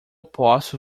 posso